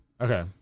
Okay